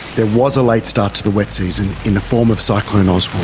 there was a late start to the wet season in the form of cyclone oswald.